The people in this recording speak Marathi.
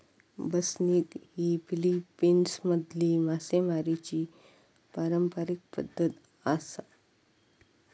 बसनिग ही फिलीपिन्समधली मासेमारीची पारंपारिक पद्धत आसा